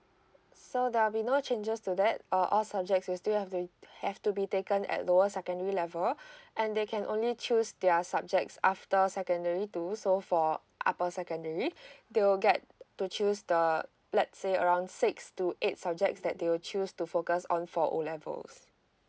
so there'll be no changes to that uh all subjects will still have to have to be taken at lower secondary level and they can only choose their subjects after secondary two so for upper secondary they will get to choose the let's say around six to eight subjects that they will choose to focus on for O levels